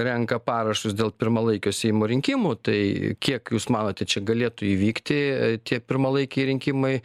renka parašus dėl pirmalaikio seimo rinkimų tai kiek jūs manote čia galėtų įvykti tie pirmalaikiai rinkimai